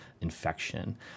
infection